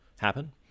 happen